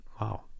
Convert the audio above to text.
Wow